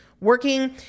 working